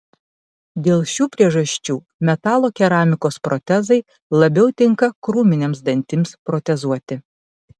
dėl šių priežasčių metalo keramikos protezai labiau tinka krūminiams dantims protezuoti